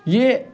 یہ